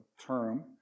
term